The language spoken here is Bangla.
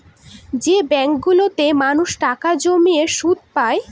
যে ব্যাঙ্কগুলোতে মানুষ টাকা জমিয়ে সুদ পায়